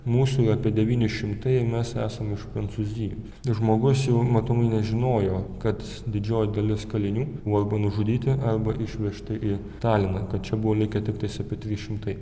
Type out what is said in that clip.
mūsų yra apie devyni šimtai ir mes esam iš prancūzijos žmogus jau matomai nežinojo kad didžioji dalis kalinių buvo arba nužudyti arba išvežti į taliną kad čia buvo likę tiktais apie trys šimtai